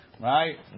Right